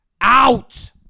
Out